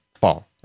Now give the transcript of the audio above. fall